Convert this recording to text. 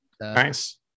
nice